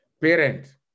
parent